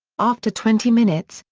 after twenty minutes,